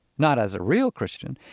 not as a real christian.